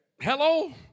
Hello